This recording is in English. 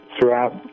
throughout